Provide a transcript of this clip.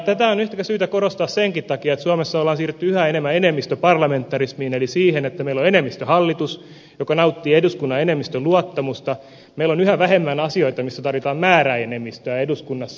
tätä on syytä korostaa senkin takia että suomessa on siirrytty yhä enemmän enemmistöparlamentarismiin eli siihen että meillä on enemmistöhallitus joka nauttii eduskunnan enemmistön luottamusta meillä on yhä vähemmän asioita missä tarvitaan määräenemmistöä eduskunnassa